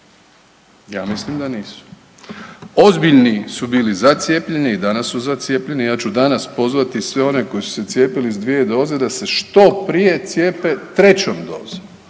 Ja mislim da nisu. Ozbiljni su bili za cijepljenje i danas su za cijepljenje. Ja ću danas pozvati sve one koji su se cijepili sa dvije doze da se što prije cijepe trećom dozom